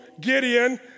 Gideon